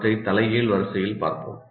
அவற்றை தலைகீழ் வரிசையில் பார்ப்போம்